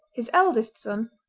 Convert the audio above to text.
his eldest son,